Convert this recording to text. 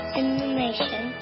information